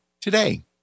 today